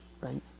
right